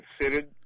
considered